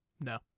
No